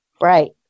Right